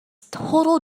total